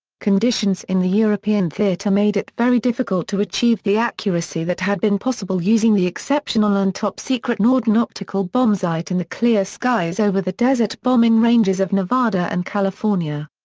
conditions in the european theatre made it very difficult to achieve the accuracy that had been possible using the exceptional and top-secret norden optical bombsight in and the clear skies over the desert bombing ranges of nevada and california.